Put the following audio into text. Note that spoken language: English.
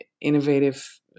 innovative